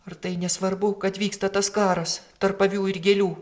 ar tai nesvarbu kad vyksta tas karas tarp avių ir gėlių